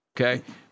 okay